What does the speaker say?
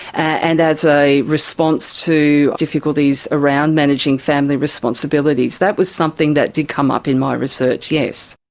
and as a response to difficulties around managing family responsibilities. that was something that did come up in my research, yes.